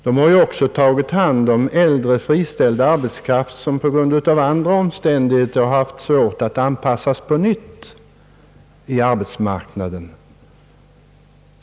De har också tagit hand om äldre friställd arbetskraft, som det på grund av andra omständigheter varit svårt att anpassa på nytt i arbetsmarknaden.